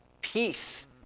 peace